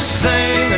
sing